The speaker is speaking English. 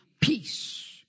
Peace